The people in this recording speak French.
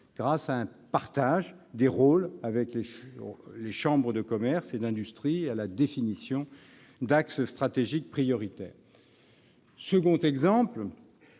grâce à un partage des rôles avec les chambres de commerce et d'industrie et à la définition d'axes stratégiques prioritaires. Second exemple,